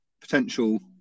potential